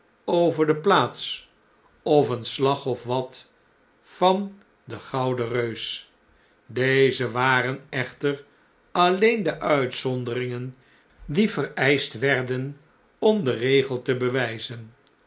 over de plaats of een slag of wat van den gouden reus deze waren echter alleen de uitzonderingen die vereischt werden om den regel te bewflzen